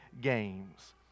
Games